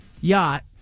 yacht